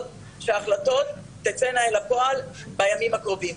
שההחלטות תצאנה אל הפועל בימים הקרובים.